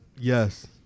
Yes